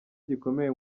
gikomeye